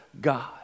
God